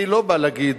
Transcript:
אני לא בא להגיד: